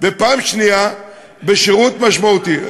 וגם בשירות משמעותי.